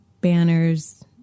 banners